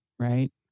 Right